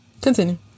Continue